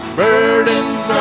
burdens